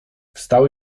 wstał